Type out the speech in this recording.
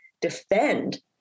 defend